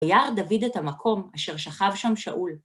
‫וירא דוד את המקום אשר שכב שם שאול.